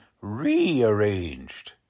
rearranged